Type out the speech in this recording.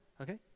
okay